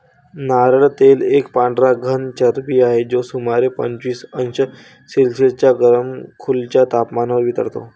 नारळ तेल एक पांढरा घन चरबी आहे, जो सुमारे पंचवीस अंश सेल्सिअस गरम खोलीच्या तपमानावर वितळतो